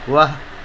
वाह